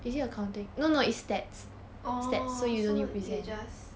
oh so you just